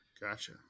Gotcha